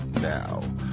now